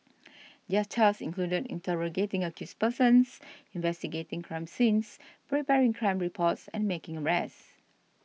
their tasks included interrogating accused persons investigating crime scenes preparing crime reports and making arrests